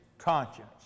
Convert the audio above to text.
Conscience